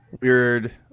weird